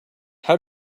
how